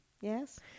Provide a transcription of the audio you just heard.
Yes